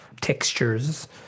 textures